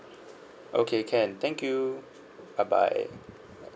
okay can thank you bye bye